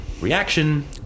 reaction